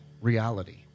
reality